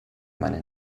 meine